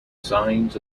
signs